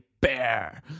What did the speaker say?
bear